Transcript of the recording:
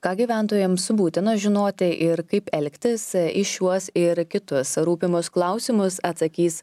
ką gyventojams būtina žinoti ir kaip elgtis į šiuos ir kitus rūpimus klausimus atsakys